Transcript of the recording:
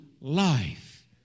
life